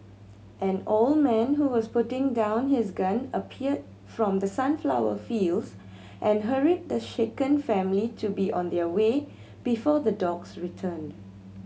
an old man who was putting down his gun appeared from the sunflower fields and hurried the shaken family to be on their way before the dogs return